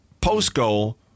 Post-goal